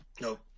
No